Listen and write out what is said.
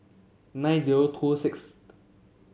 nine zero two sixth